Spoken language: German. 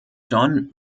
john